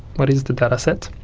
what is the data set,